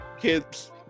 kids